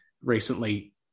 recently